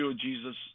Jesus